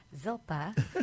Zilpa